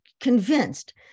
convinced